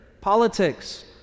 politics